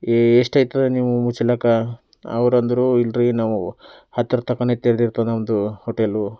A ಎಷ್ಟಾಗ್ತದೆ ನೀವು ಮುಚ್ಚಲಿಕ್ಕೆ ಅವರಂದ್ರು ಇಲ್ಲರೀ ನಾವು ಹತ್ತರ ತನ್ಕನೇ ತೆರೆದಿತ್ತೇವೆ ನಮ್ದು ಹೋಟೆಲು